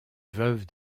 veuve